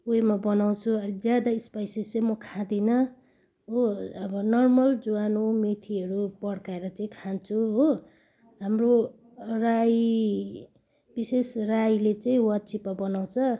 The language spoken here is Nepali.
उयोमा बनाउँछु अलिक ज्यादा स्पाइसी चाहिँ म खाँदिनँ हो अब नर्मल ज्वानो मेथीहरू पड्काएर चाहिँ खान्छु हो हाम्रो राई विशेष राईले चाहिँ वाचिपा बनाउँछ